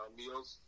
meals